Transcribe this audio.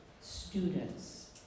students